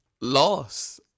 loss